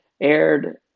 aired